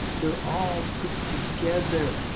they are all put together.